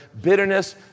Bitterness